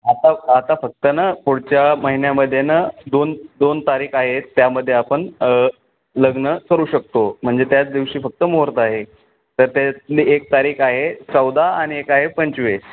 आता आता फक्त ना पुढच्या महिन्यामध्ये ना दोन दोन तारीख आहेत त्यामध्ये आपण लग्न करू शकतो म्हणजे त्याच दिवशी फक्त मुहूर्त आहे तर त्यातली एक तारीख आहे चौदा आणि एक आहे पंचवीस